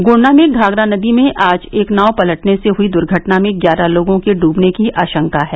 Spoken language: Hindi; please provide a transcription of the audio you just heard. गोण्डा में घाघरा नदी में आज एक नाव पलटने से हुई दूर्घटना में ग्यारह लोगों के डूबने की आशंका है